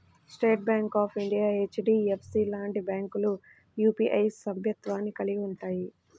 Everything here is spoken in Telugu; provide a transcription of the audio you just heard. state Bank of India, HDFC లాంటి బ్యాంకులు యూపీఐ సభ్యత్వాన్ని కలిగి ఉంటయ్యి